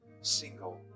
single